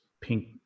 pink